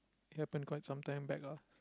happen quite sometimes back lah